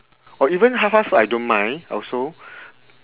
or even fast food I don't mind also